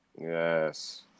Yes